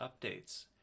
updates